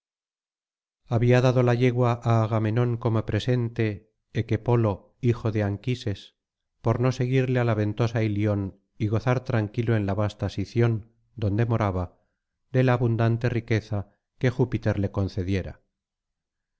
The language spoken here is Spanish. había dado la yegua á agamenón como presente equepolo hijo de anquises por no seguirle á la ventosa ilion y gozar tranquilo en la vasta sición donde moraba de la abundante riqueza que júpiter le concediera